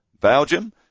Belgium